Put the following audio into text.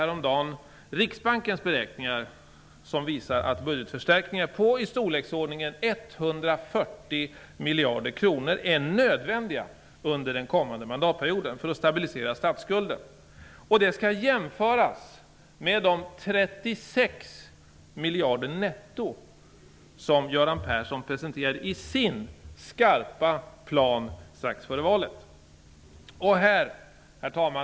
Riksbankens beräkningar som visar att budgetförstärkningar på i storleksordningen 140 miljarder kronor är nödvändiga under den kommande mandatperioden för att stabilisera statsskulden. Detta skall jämföras med de 36 miljarder netto som Göran Persson presenterade i sin skarpa plan strax före valet. Herr talman!